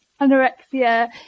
anorexia